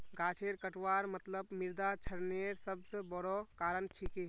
गाछेर कटवार मतलब मृदा क्षरनेर सबस बोरो कारण छिके